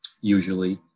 usually